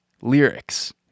lyrics